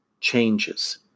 changes